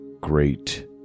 Great